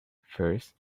first